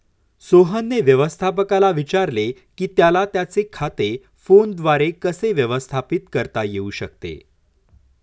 सोहनने व्यवस्थापकाला विचारले की त्याला त्याचे खाते फोनद्वारे कसे व्यवस्थापित करता येऊ शकते